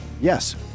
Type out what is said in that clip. Yes